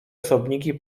osobniki